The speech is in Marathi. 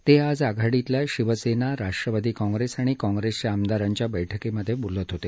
ते आज आघाडीतल्या शिवसेना राष्ट्रवादी कॉग्रेस आणि कॉग्रेसच्या आमदारांच्या बैठकीत बोलत होते